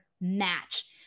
match